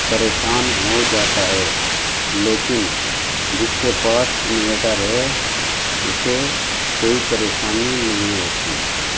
پریشان ہو جاتا ہے لیکن جس کے پاس انویٹر ہے اسے کوئی پریشانی نہیں ہوتی